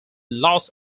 los